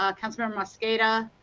ah councilmember mosqueda.